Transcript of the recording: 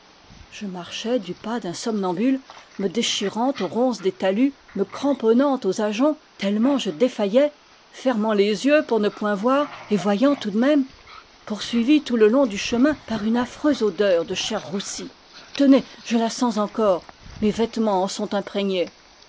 je marchais du pas d'un somnambule me déchirant aux ronces des talus me cramponnant aux ajoncs tellement je défaillais fermant les yeux pour ne point voir et voyant tout de même poursuivi tout le long du chemin par une affreuse odeur de chair roussie tenez je la sens encore mes vêtements en sont imprégnés